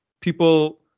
people